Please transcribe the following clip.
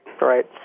right